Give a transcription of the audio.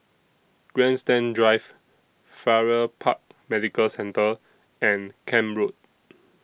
Grandstand Drive Farrer Park Medical Centre and Camp Road